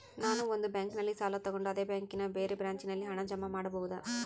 ನಾನು ಒಂದು ಬ್ಯಾಂಕಿನಲ್ಲಿ ಸಾಲ ತಗೊಂಡು ಅದೇ ಬ್ಯಾಂಕಿನ ಬೇರೆ ಬ್ರಾಂಚಿನಲ್ಲಿ ಹಣ ಜಮಾ ಮಾಡಬೋದ?